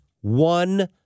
one